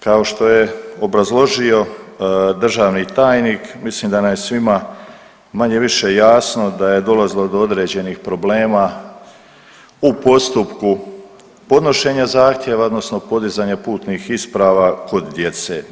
Kao što je obrazložio državni tajnik mislim da nam je svima manje-više jasno da je dolazilo do određenih problema u postupku podnošenja zahtjeva odnosno podizanja putnih isprava kod djece.